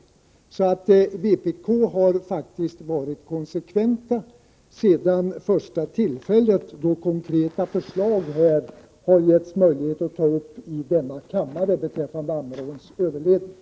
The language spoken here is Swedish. Vpk har faktiskt varit konsekvent sedan det första tillfället då det fanns möjlighet att ta upp konkreta förslag i denna kammare beträffande Ammeråns överledning.